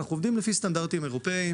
אנחנו עובדים לפי סטנדרטים אירופיים,